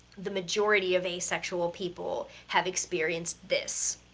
the majority of asexual people have experienced this,